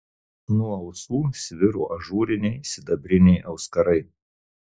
nuo ausų sviro ažūriniai sidabriniai auskarai